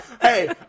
Hey